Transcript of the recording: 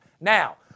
Now